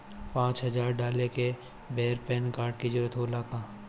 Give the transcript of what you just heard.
पचास हजार डाले के बेर पैन कार्ड के जरूरत होला का?